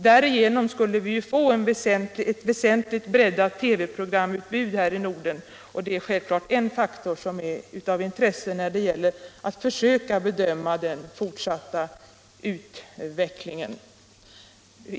Därigenom skulle vi få ett väsentligt breddat TV-programutbud här i Norden, och det är självfallet en faktor som är av intresse när det gäller att försöka bedöma den fortsatta utvecklingen.